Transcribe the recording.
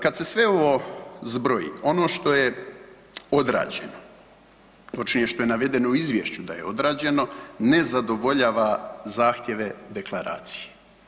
Kad se sve ovo zbroji ono što je odrađeno, ono što je navedeno u izvješću da je odrađeno ne zadovoljava zahtjeve deklaracije.